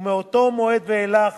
ומאותו מועד ואילך